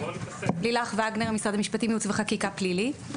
אני משרד המשפטים, ייעוץ וחקיקה פלילי.